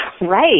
Right